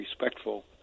respectful